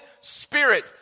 spirit